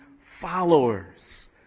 followers